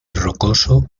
rocoso